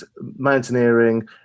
mountaineering